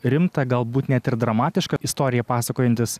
rimta galbūt net ir dramatišką istoriją pasakojantis